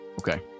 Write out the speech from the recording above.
Okay